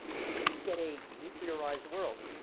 so you can get a nuclearized world,